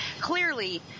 clearly